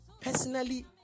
personally